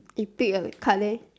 eh pick a card leh